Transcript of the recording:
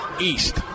east